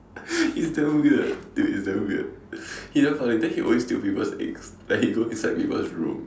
it's damn weird it is damn weird he damn funny then he always steal people's eggs like he go inside people's room